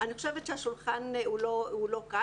אני חושבת שהשולחן הוא לא כאן.